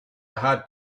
had